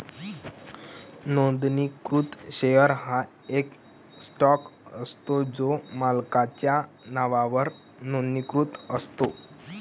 नोंदणीकृत शेअर हा एक स्टॉक असतो जो मालकाच्या नावावर नोंदणीकृत असतो